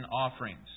offerings